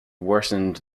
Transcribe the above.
worsened